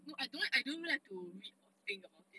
no I don't I don't really like to read or think about it